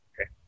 okay